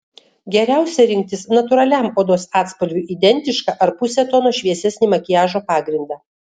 geriausia rinktis natūraliam odos atspalviui identišką ar puse tono šviesesnį makiažo pagrindą